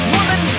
Woman